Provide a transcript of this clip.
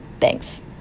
thanks